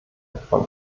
von